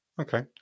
Okay